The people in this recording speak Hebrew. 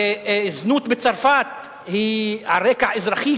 זנות בצרפת היא על רקע אזרחי,